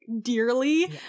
dearly